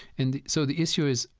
and so the issue is,